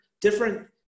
different